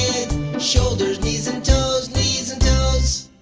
shoulders knees and toes, knees and toes.